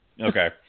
Okay